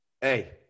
Hey